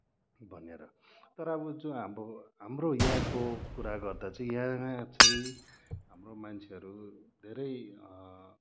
भनेर तर अब जो हाम्रो हाम्रो यहाँको कुरा गर्दा चाहिँ यहाँ चाहिँ हाम्रो मान्छेहरू धेरै